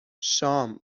شام